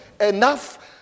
enough